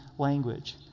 language